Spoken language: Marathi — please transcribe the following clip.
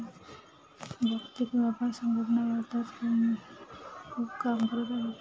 जागतिक व्यापार संघटना भारतात खूप काम करत आहे